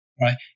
Right